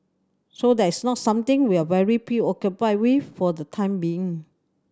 so that's not something we are very preoccupied with for the time being